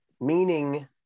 meaning